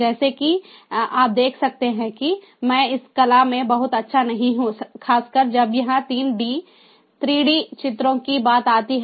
जैसा कि आप देख सकते हैं कि मैं इस कला में बहुत अच्छा नहीं हूं खासकर जब यह 3 डी चित्रों की बात आती है